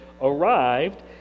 Arrived